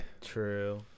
True